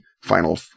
final